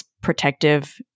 protective